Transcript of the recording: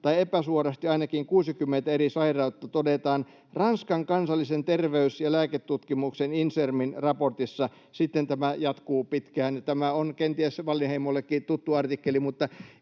tai epäsuorasti ainakin 60 eri sairautta’, todetaan Ranskan kansallisen terveys- ja lääketutkimusinstituutin Insermin raportissa.” Sitten tämä jatkuu pitkään. Tämä on kenties Wallinheimollekin tuttu artikkeli.